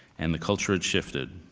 and the culture had shifted,